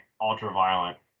ultra-violent